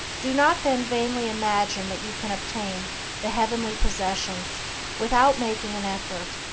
do not then vainly imagine that you can obtain the heavenly possessions without making an effort.